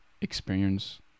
experience